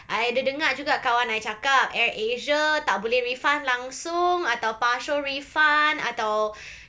I ada dengar juga kawan I cakap AirAsia tak boleh refund langsung atau partial refund atau